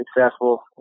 successful